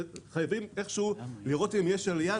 חייבים איכשהו לראות אם יש עלייה.